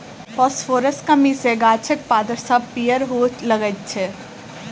फासफोरसक कमी सॅ गाछक पात सभ पीयर हुअ लगैत छै